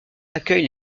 accueille